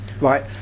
right